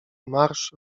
marsz